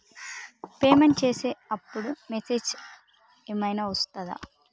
Payment చేసే అప్పుడు message ఏం ఐనా వస్తదా?